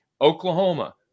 Oklahoma